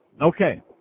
Okay